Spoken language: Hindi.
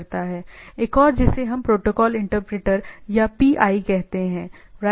एक और जिसे हम प्रोटोकॉल इंटरप्रेटर या पाई कहते हैं राइट